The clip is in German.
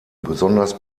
besonders